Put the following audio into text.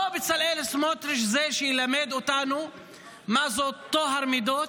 לא בצלאל סמוטריץ' זה שילמד אותנו מה זה טוהר מידות,